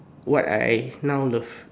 what I now love